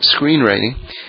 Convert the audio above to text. screenwriting